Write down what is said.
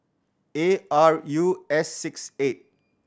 A R U S six eight